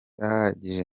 ahagije